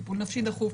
טיפול נפשי דחוף,